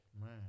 Man